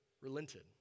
relented